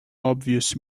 obvious